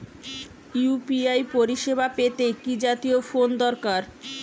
UPI পরিসেবা পেতে কি জাতীয় ফোন দরকার?